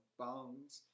bones